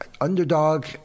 Underdog